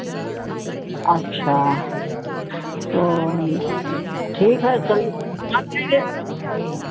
अच्छा तो ठीक है चलिए घुमा लाएँगे